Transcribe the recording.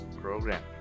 program